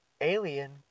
alien